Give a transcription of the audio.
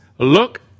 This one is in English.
Look